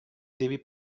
devi